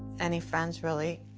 any friends, really.